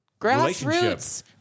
Grassroots